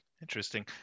interesting